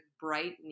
bright